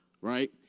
Right